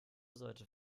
sollte